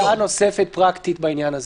אז אולי הצעה נוספת פרקטית בעניין הזה: